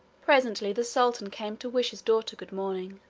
presently the sultan came to wish his daughter good-morning.